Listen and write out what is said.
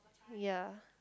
ya